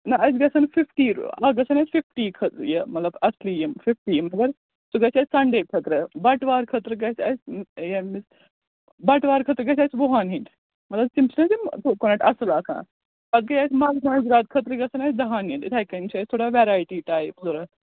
نَہ اَسہِ گژھَن فِفٹی اَکھ گژھَن اَسہِ فِفٹی خٲ یہِ مطلب اَصلی یِم فِفٹی سُہ گژھِ اَسہِ سَنڈے خٲطرٕ بَٹوار خٲطرٕ گژھِ اَسہِ ییٚمہِ بَٹوار خٲطرٕ گژھِ اَسہِ وُہَن ہِنٛدۍ مطلب تِم چھِ نَہ تِم کوکونَٹ اَصٕل آسان پتہٕ گٔے اَسہِ مَلمٲنٛزۍ رات خٲطرٕ گژھَن اَسہِ دَہن ہِنٛدۍ یِتھَے کَنۍ چھِ اَسہِ تھوڑا وٮ۪رایٹی ٹایِپ ضوٚرَتھ